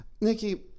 Nikki